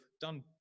done